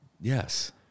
yes